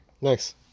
Nice